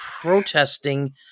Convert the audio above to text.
protesting